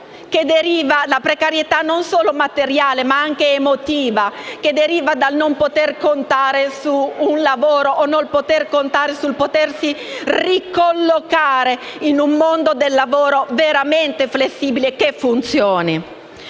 la precarietà quotidiana non solo materiale ma anche emotiva, che deriva dal non poter contare su un lavoro o sul potersi ricollocare in un mondo del lavoro veramente flessibile e che funzioni.